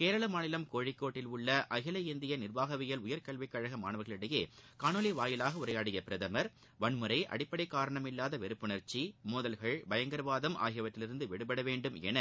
கேரள மாநிலம் கோழிக்கோட்டில் உள்ள அகில இந்திய நிர்வாகவியல் உயர்கல்வி கழக மாணவர்களிடையே காணொலி வாயிலாக உரையாடிய பிரதமர் வன்முறை அடிப்படை காரணமில்வாத வெறுப்புணர்ச்சி மோதல்கள் பயங்கரவாதம் ஆகியவற்றிலிருந்து விடுபட வேண்டும் என